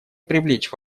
привлечь